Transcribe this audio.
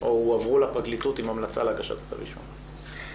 או הועברו לפרקליטות עם המלצה להגשת כתב אישום.